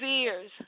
ears